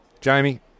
Jamie